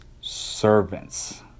servants